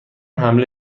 حمله